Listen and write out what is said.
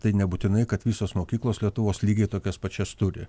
tai nebūtinai kad visos mokyklos lietuvos lygiai tokias pačias turi